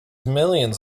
millions